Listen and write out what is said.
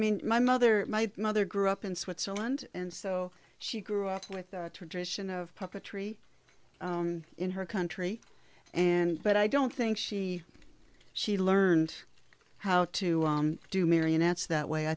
mean my mother my mother grew up in switzerland and so she grew up with a tradition of puppetry in her country and but i don't think she she learned how to do marionettes that way i